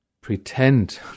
pretend